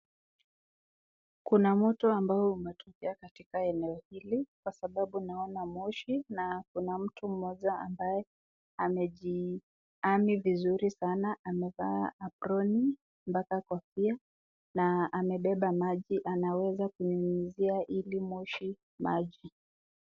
Kuna mto ambao umetokea katika eneo hili kwa sababu naona moshi na kuna mtu moja ambaye amejiami vizuri sana amevaa aproni paka kofia na amebeba maji ameweza kunyunyisia hili moshi maji.